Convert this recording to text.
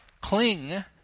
cling